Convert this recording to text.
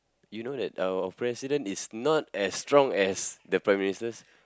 you know that our president is not as strong as the Prime-Ministers